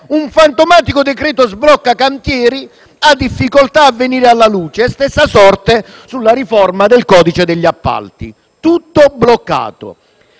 un fantomatico decreto sblocca cantieri ha difficoltà a venire alla luce e stessa sorte tocca alla riforma del codice degli appalti. Tutto è bloccato.